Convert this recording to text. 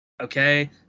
Okay